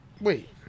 Wait